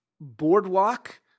Boardwalk